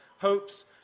hopes